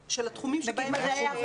כולל את התחומים האלה.